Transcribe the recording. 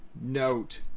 note